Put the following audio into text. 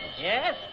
Yes